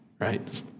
right